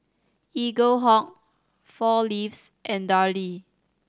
Eaglehawk Four Leaves and Darlie